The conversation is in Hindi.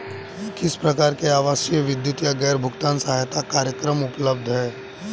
किस प्रकार के आवासीय विद्युत या गैस भुगतान सहायता कार्यक्रम उपलब्ध हैं?